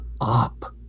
up